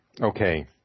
Okay